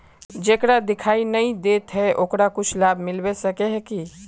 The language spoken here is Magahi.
जेकरा दिखाय नय दे है ओकरा कुछ लाभ मिलबे सके है की?